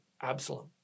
Absalom